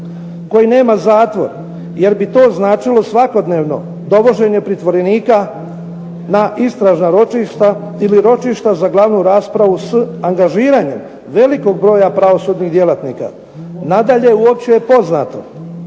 koji nema zatvor, jer bi to značilo svakodnevno dovođenje pritvorenika na istražna ročišta ili ročišta za glavnu raspravu s angažiranjem velikog broja pravosudnih djelatnika. Nadalje, uopće je poznato